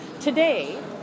Today